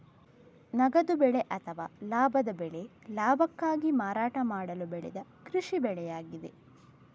ನಗದು ಬೆಳೆ ಅಥವಾ ಲಾಭದ ಬೆಳೆ ಲಾಭಕ್ಕಾಗಿ ಮಾರಾಟ ಮಾಡಲು ಬೆಳೆದ ಕೃಷಿ ಬೆಳೆಯಾಗಿದೆ